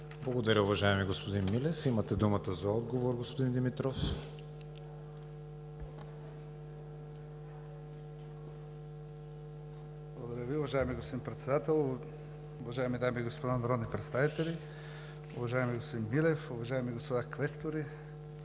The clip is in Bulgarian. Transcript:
Благодаря Ви, уважаеми господин Милев. Имате думата за отговор, господин Димитров. МИНИСТЪР ЕМИЛ ДИМИТРОВ: Благодаря Ви. Уважаеми господин Председател, уважаеми дами и господа народни представители, уважаеми господин Милев, уважаеми господа квестори,